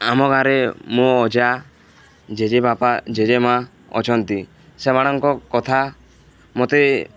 ଆମ ଗାଁରେ ମୋ ଅଜା ଜେଜେବାପା ଜେଜେ ମାଆ ଅଛନ୍ତି ସେମାନଙ୍କ କଥା ମୋତେ